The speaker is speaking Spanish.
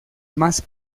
más